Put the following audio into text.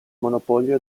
monopolio